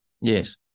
Yes